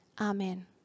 Amen